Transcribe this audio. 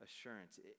assurance